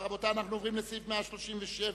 סעיף 135,